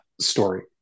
story